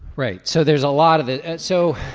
right. so there's a lot of it. so